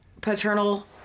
paternal